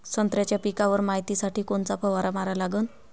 संत्र्याच्या पिकावर मायतीसाठी कोनचा फवारा मारा लागन?